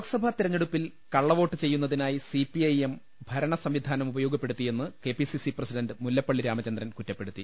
ലോക്സഭാ തെരഞ്ഞെടുപ്പിൽ കള്ളവോട്ട് ചെയ്യുന്നതിനായി സിപിഐഎം ഭരണസംവിധാനം ഉപയോഗപ്പെടുത്തിയെന്ന് KPCC president Mullappally Ramachandran കുറ്റപ്പെടുത്തി